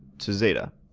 to zeta.